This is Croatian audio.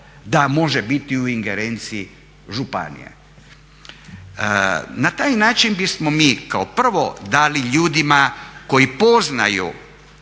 da može biti u ingerenciji županije. Na taj način bismo mi kao prvo dali ljudima koji poznaju